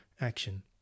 action